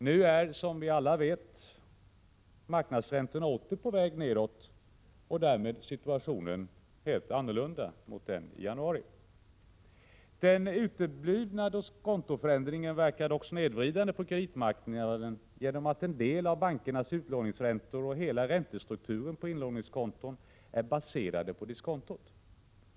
Nu är, som vi alla vet, marknadsräntorna åter på väg nedåt, och därmed är situationen nu en helt annan än i januari. Den uteblivna diskontoförändringen verkar dock snedvridande på kreditmarknaden genom att en del av bankernas utlåningsräntor och hela räntestrukturen på inlåningskonton är baserade på diskontot.